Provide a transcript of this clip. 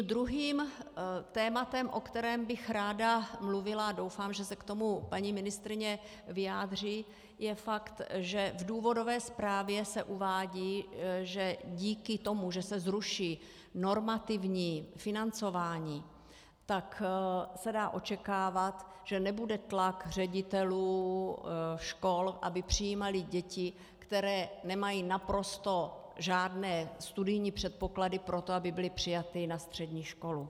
Druhým tématem, o kterém bych ráda mluvila, a doufám, že se k tomu paní ministryně vyjádří, je fakt, že v důvodové zprávě se uvádí, že díky tomu, že se zruší normativní financování, tak se dá očekávat, že nebude tlak ředitelů škol, aby přijímali děti, které nemají naprosto žádné studijní předpoklady pro to, aby byly přijaty na střední školu.